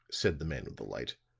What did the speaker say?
said the man with the light.